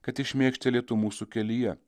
kad tik šmėgžtelėtų mūsų kelyje